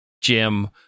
Jim